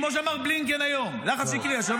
כמו שאמר בלינקן השבוע,